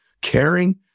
caring